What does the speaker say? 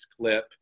clip